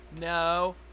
No